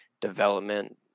development